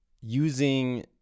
using